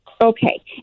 Okay